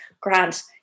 Grant